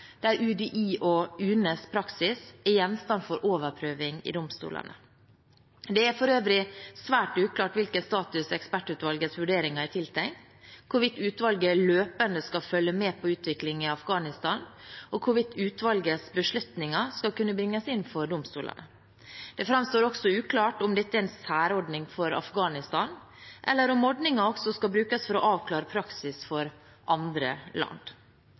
der UDI og UNEs praksis er gjenstand for overprøving i domstolene. Det er for øvrig svært uklart hvilken status ekspertutvalgets vurderinger er tiltenkt, hvorvidt utvalget løpende skal følge med på utviklingen i Afghanistan, og hvorvidt utvalgets beslutninger skal kunne bringes inn for domstolene. Det framstår også som uklart om dette er en særordning for Afghanistan, eller om ordningen også skal brukes for å avklare praksis for andre land.